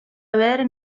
avere